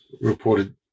reported